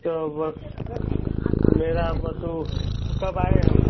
मुझे बताएं कब आयें हम